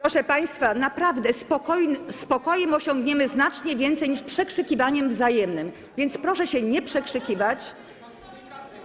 Proszę państwa, naprawdę spokojem osiągniemy znacznie więcej niż przekrzykiwaniem się wzajemnym, więc proszę się nie przekrzykiwać.